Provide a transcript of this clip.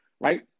right